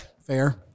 fair